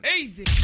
Easy